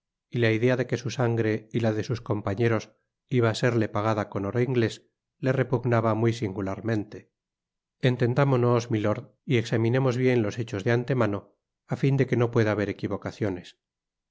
y la idea de que su sangre y la de sus compañeros iba á serle pagada con oro inglés le repugnaba muy singularmente entendámonos milord y examinemos bien los hechos de antemano á fin de que no pueda haber equivocaciones